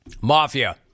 Mafia